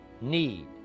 need